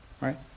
right